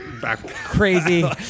Crazy